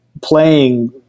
playing